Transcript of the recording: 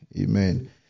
Amen